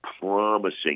promising